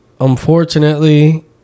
unfortunately